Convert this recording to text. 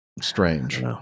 strange